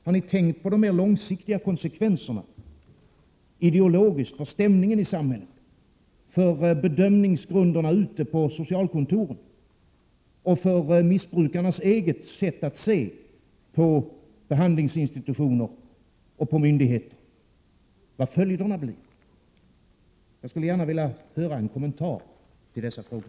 Har ni tänkt på följderna, på de mer långsiktiga konsekvenserna ideologiskt sett för stämningen i samhället, för bedömningsgrunderna på socialkontoren och för missbrukarnas eget sätt att se på behandlingsinstitutioner och myndigheter? Jag skulle gärna vilja ha en kommentar till dessa frågor.